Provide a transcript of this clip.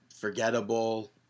forgettable